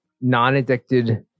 non-addicted